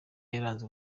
yaranze